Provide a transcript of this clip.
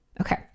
Okay